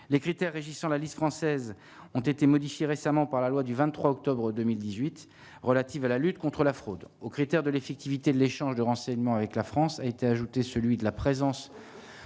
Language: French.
les critères régissant la liste française ont été modifiés récemment par la loi du 23 octobre 2018 relative à la lutte contre la fraude aux critères de l'effectivité de l'échange de renseignements avec la France, a été ajouté celui de la présence